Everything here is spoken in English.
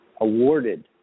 awarded